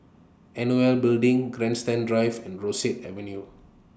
N O L Building Grandstand Drive and Rosyth Avenue